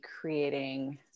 creating